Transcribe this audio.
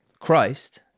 christ